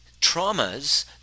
traumas